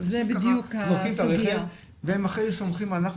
זורקים את הרכב ואחרי זה הם סומכים ש אנחנו